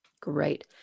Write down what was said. Great